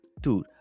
dude